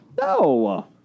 No